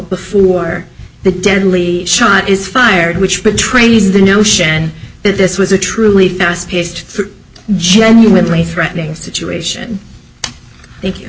before the deadly shot is fired which betrays the notion that this was a truly fast paced genuinely threatening situation th